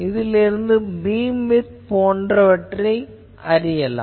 இதிலிருந்து பீம்விட்த் போன்றவற்றைக் கண்டறியலாம்